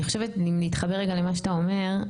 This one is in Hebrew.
אני חושבת אם להתחבר רגע למה שאתה אומר,